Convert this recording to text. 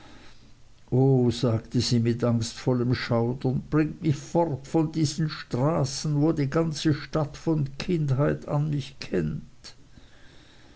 o sagte sie mit angstvollem schaudern bringt mich fort von diesen straßen wo die ganze stadt von kindheit an mich kennt